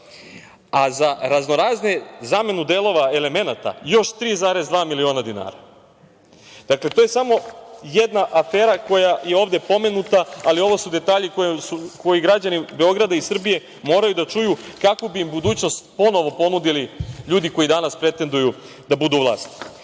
A, za raznoraznu zamenu delova elemenata još 3,2 miliona dinara. Dakle, to je samo jedna afera koja je ovde pomenuta, ali ovo su detalji koje građani Beograda i Srbije moraju da čuju, kakvu bi im budućnost ponovo ponudili ljudi koji danas pretenduju da ponovo